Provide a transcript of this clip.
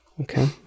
Okay